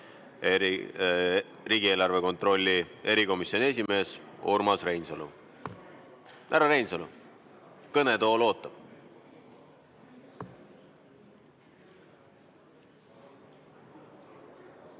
riigieelarve kontrolli erikomisjoni esimehe Urmas Reinsalu. Härra Reinsalu, kõnetool ootab.